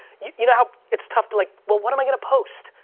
you know it's tough to like, well what am i gonna post?